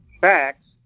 facts